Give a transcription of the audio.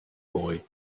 boy